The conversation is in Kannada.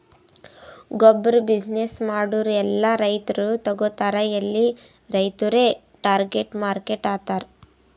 ಗೊಬ್ಬುರ್ ಬಿಸಿನ್ನೆಸ್ ಮಾಡೂರ್ ಎಲ್ಲಾ ರೈತರು ತಗೋತಾರ್ ಎಲ್ಲಿ ರೈತುರೇ ಟಾರ್ಗೆಟ್ ಮಾರ್ಕೆಟ್ ಆತರ್